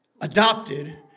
adopted